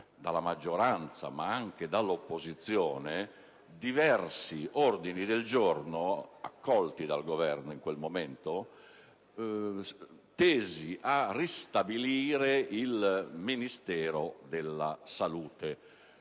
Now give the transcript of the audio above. dalla maggioranza, ma anche dall'opposizione, diversi ordini del giorno, accolti dal Governo in quel momento, tesi a ristabilire il Ministero della salute.